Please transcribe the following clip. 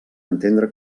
entendre